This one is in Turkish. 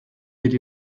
bir